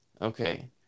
Okay